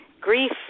grief